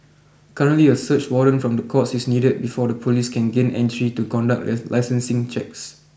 currently a search warrant from the courts is needed before the police can gain entry to conduct licensing checks